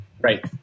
Right